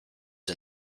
and